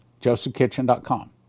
josephkitchen.com